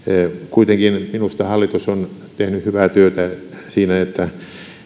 kuitenkin minusta hallitus on tehnyt hyvää työtä siinä että